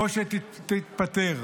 שאלות ותשובות.